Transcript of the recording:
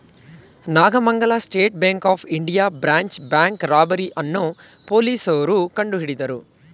Nagamangala state bank of India branch bank robbery ಅನ್ನೋ ಪೊಲೀಸ್ನೋರು ಕಂಡುಹಿಡಿದರು